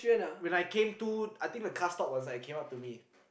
when I came to I think the car stop was like came up to me